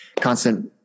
constant